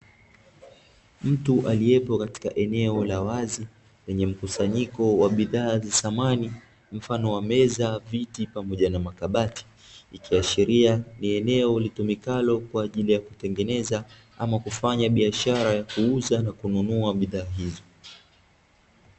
Mtu aliyepo katika eneo la wazi lenye mkusanyiko wa bidhaa za samani mfano wa:: meza, viti pamoja na makabati; ikiashiria ni eneo litumikalo kwa ajili ya kutengeneza ama kufanya biashara ya kuuza na kununua bidhaa hizo.